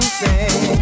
say